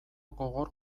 gogor